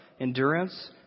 endurance